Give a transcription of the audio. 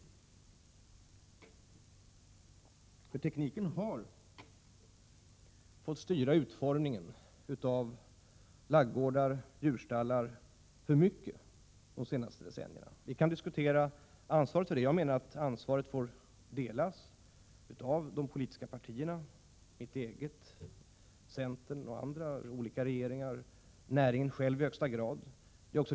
Tekniken har under de senaste decennierna i alltför stor utsträckning fått styra utformningen av ladugårdar, djurstallar etc. Vem som bär ansvaret för detta kan diskuteras. Jag menar att ansvaret får delas av de politiska partierna — av mitt eget såväl som av centern och andra förutvarande regeringspartier — och i allra högsta grad av näringen själv.